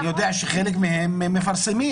אני יודע שחלק מהם מפרסמים.